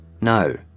No